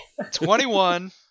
21